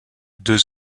deux